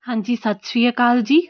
ਹਾਂਜੀ ਸਤਿ ਸ਼੍ਰੀ ਅਕਾਲ ਜੀ